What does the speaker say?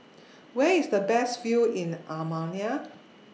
Where IS The Best View in Albania